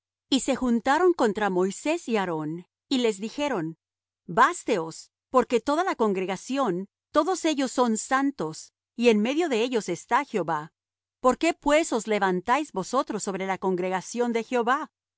y se juntaron contra moisés y aarón y les dijeron básteos porque toda la congregación todos ellos son santos y en medio de ellos está jehová por qué pues os levantáis vosotros sobre la congregación de jehová